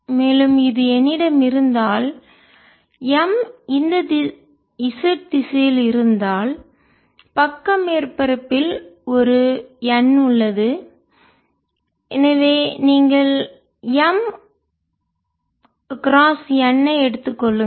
மேலும் என்னிடம் இது இருந்தால் M இந்த z திசையில் இருந்தால் பக்க மேற்பரப்பில் ஒரு n உள்ளது எனவே நீங்கள் M குறுக்கு n ஐ எடுத்துக் கொள்ளுங்கள்